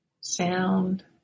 sound